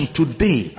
today